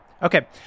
Okay